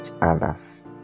others